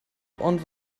und